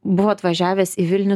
buvo atvažiavęs į vilnių